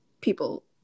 people